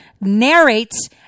narrates